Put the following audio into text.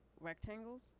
rectangles